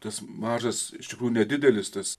tas mažas iš tikrųjų nedidelis tas